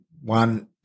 one